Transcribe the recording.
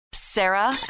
Sarah